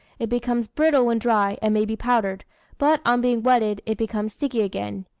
it becomes brittle when dry, and may be powdered but, on being wetted, it becomes sticky again.